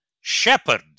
shepherd